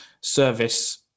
service